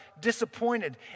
disappointed